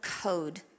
code